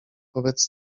wobec